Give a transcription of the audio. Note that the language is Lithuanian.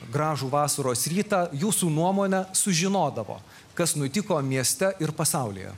gražų vasaros rytą jūsų nuomone sužinodavo kas nutiko mieste ir pasaulyje